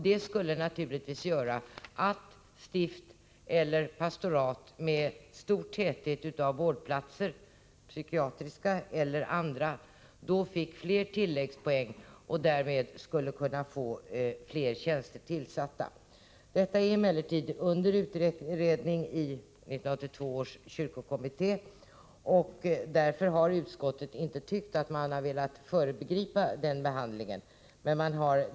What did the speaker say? Detta skulle naturligtvis göra att stift eller pastorat med stor täthet av vårdplatser — psykiatriska eller andra — skulle få fler tilläggspoäng och därmed skulle kunna få fler tjänster tillsatta. Allt detta är emellertid under utredning i 1982 års kyrkokommitté, och därför har utskottet inte velat föregripa behandlingen.